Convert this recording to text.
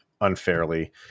unfairly